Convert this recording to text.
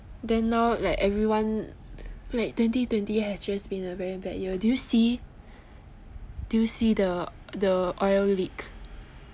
then now like everyone like twenty twenty has just been a very bad year did you see did you see the the oil leak